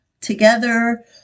together